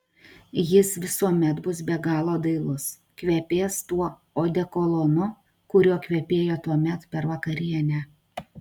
jis visuomet bus be galo dailus kvepės tuo odekolonu kuriuo kvepėjo tuomet per vakarienę